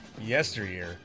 yesteryear